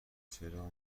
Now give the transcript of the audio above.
چرا